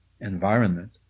environment